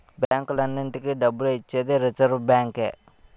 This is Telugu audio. బ్యాంకులన్నింటికీ డబ్బు ఇచ్చేది రిజర్వ్ బ్యాంకే